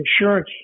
insurance